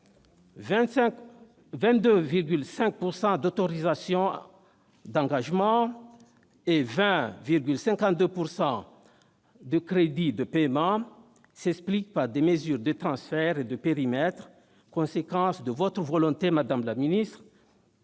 22,5 % en autorisations d'engagement et de 20,52 % en crédits de paiement s'expliquent par des mesures de transfert et de périmètre, conséquences de votre volonté, madame la ministre,